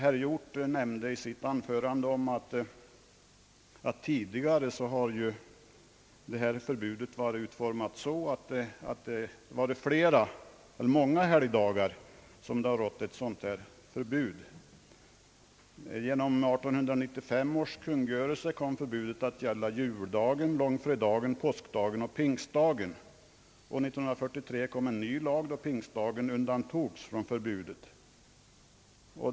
Herr Hjorth nämnde i sitt anförande att det tidigare har rått ett dylikt förbud under många fler helgdagar. Genom 1895 års kungörelse kom förbudet att gälla endast juldagen, långfredagen, påskdagen och pingstdagen. År 1943 kom en ny lag, i vilken pingstdagen undantogs från förbudet.